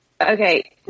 Okay